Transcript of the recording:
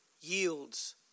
yields